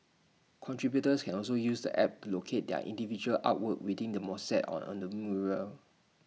contributors can also use the app to locate their individual artwork within the mosaic and on the mural